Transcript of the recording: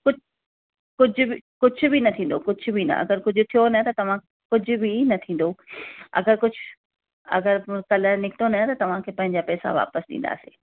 कु कुझु बि कुझु बि न थींदो कुझु बि न अगरि कुझु थियो न त तव्हां कुझु बि न थींदो अगरि कुझु अगरि को कलर निकितो न त तव्हांखे पंहिंजा पैसा वापसि ॾींदासीं